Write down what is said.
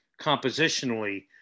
compositionally